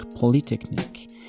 Polytechnic